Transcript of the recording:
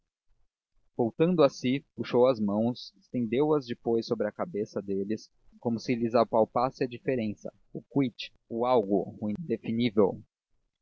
voltando a si puxou as mãos estendeu as depois sobre a cabeça deles como se lhes apalpasse a diferença o quid o algo o indefinível